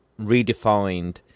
redefined